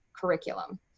curriculum